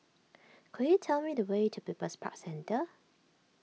could you tell me the way to People's Park Centre